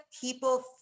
people